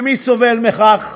ומי סובל מכך?